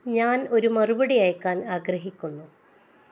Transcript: ഞാൻ ഒരു മറുപടി അയയ്ക്കാൻ ആഗ്രഹിക്കുന്നു